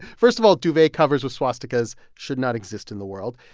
first of all, duvet covers with swastikas should not exist in the world.